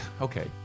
Okay